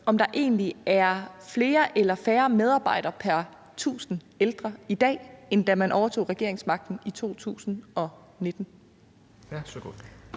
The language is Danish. om der egentlig er flere eller færre medarbejdere pr. 1.000 ældre i dag, end da man overtog regeringsmagten i 2019.